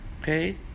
Okay